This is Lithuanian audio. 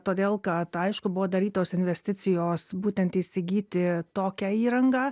todėl kad aišku buvo darytos investicijos būtent įsigyti tokią įrangą